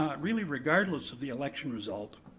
really regardless of the election result,